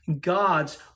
God's